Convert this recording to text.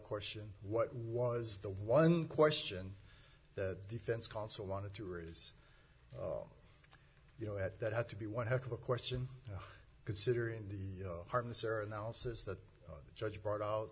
question what was the one question that defense counsel wanted to raise you know at that had to be one heck of a question considering the hardness or analysis that the judge brought out